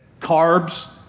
carbs